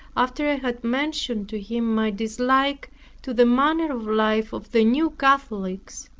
after i had mentioned to him my dislike to the manner of life of the new catholics,